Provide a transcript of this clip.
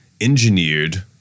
engineered